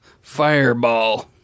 Fireball